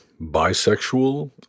bisexual